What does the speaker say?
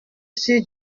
sur